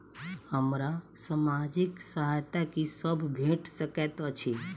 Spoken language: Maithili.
हमरा सामाजिक सहायता की सब भेट सकैत अछि?